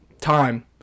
time